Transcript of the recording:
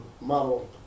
Model